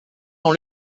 dans